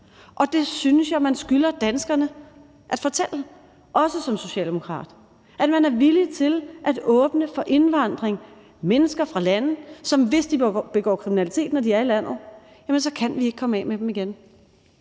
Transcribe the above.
Det synes jeg man skylder danskerne at fortælle, også som socialdemokrat – at man er villig til at åbne for indvandring, for mennesker fra lande, som vi ikke, hvis de begår kriminalitet, når de er i landet, kan komme af med igen.